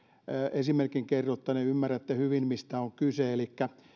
esimerkin kerrottuani ymmärrätte hyvin mistä on kyse elikkä